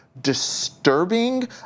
disturbing